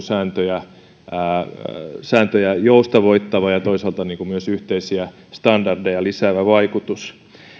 sääntöjä sääntöjä joustavoittava ja toisaalta myös yhteisiä standardeja lisäävä vaikutus